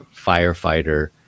firefighter